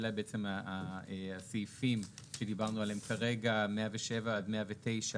אלה בעצם הסעיפים שדיברנו עליהם כרגע: 107 עד 109,